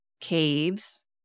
caves